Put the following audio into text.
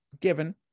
given